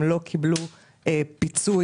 הם לא קיבלו פיצוי,